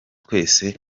twese